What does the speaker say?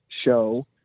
show